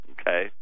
okay